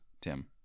Tim